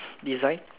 design